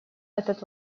этот